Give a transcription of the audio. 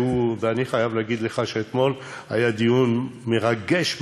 ואני חייב להגיד לך שאתמול היה דיון מרגש,